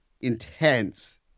intense